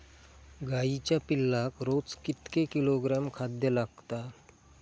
गाईच्या पिल्लाक रोज कितके किलोग्रॅम खाद्य लागता?